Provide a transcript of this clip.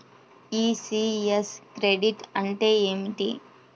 ECS credit అంటే ఏమిటి?